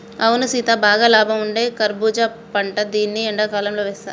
అవును సీత బాగా లాభం ఉండేది కర్బూజా పంట దీన్ని ఎండకాలంతో వేస్తారు